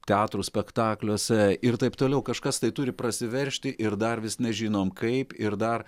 teatro spektakliuose ir taip toliau kažkas tai turi prasiveržti ir dar vis nežinom kaip ir dar